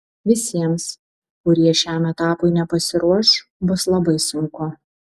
visiems kurie šiam etapui nepasiruoš bus labai sunku